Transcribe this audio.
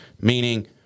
meaning